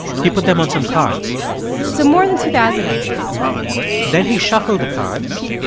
he put them on some cards so more than two thousand of these then he shuffled the cards,